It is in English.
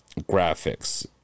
graphics